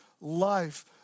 life